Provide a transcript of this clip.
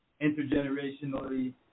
intergenerationally